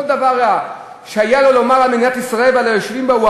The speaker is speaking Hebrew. כל דבר רע שהיה לו לומר על מדינת ישראל ועל היושבים בה,